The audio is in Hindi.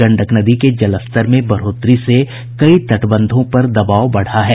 गंडक नदी के जलस्तर में बढ़ोतरी से कई तटबंधों पर दबाव बढ़ा है